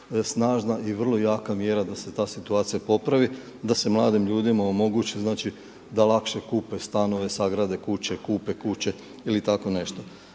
snažna i vrlo jaka mjera da se ta situacija popravi, da se mladim ljudima omogući, znači da lakše kupe stanove, sagrade kuće, kupe kuće ili tako nešto.